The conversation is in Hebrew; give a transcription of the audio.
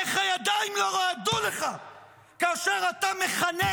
איך הידיים לא רעדו לך כאשר אתה מכנה